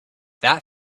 that